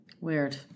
Weird